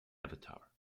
avatar